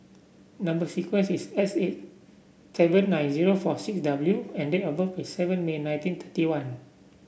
number sequence is S eight seven nine zero four six W and date of birth is seven May nineteen thirty one